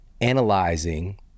analyzing